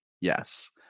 yes